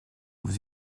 vous